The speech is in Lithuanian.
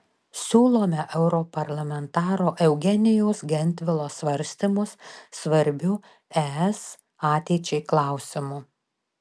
siūlome europarlamentaro eugenijaus gentvilo svarstymus svarbiu es ateičiai klausimu